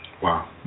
wow